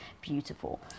beautiful